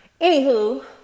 anywho